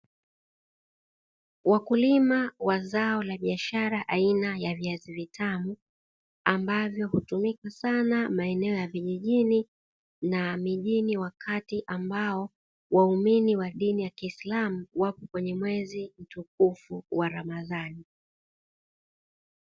wakulima wa zao la biashara aina ya viazi vitamu ambavyo hutumika sana maeneo ya vijijini na mijini wakati ambao waumini wa dini ya kiislamu wako kwenye mwezi mtukufu wa ramadhani.